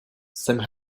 jsem